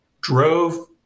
drove